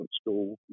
school